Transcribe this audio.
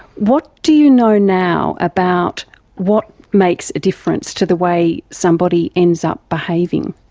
what do you know now about what makes a difference to the way somebody ends up behaving?